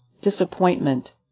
disappointment